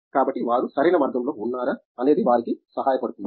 కాబట్టి వారు సరైన మార్గంలో ఉన్నారా అనేది వారికి సహాయపడుతుంది